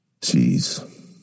Jeez